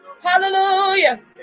Hallelujah